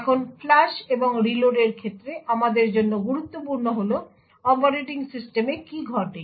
এখন ফ্লাশ এবং রিলোডের ক্ষেত্রে আমাদের জন্য গুরুত্বপূর্ণ হল অপারেটিং সিস্টেমে কী ঘটে